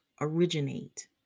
originate